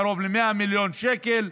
קרוב ל-100 מיליון שקל,